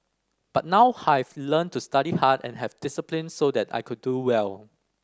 but now have learnt to study hard and have discipline so that I can do well